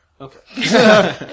Okay